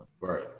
Right